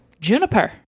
Juniper